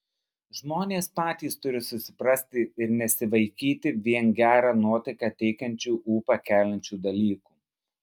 žmonės patys turi susiprasti ir nesivaikyti vien gerą nuotaiką teikiančių ūpą keliančių dalykų